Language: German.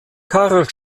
karl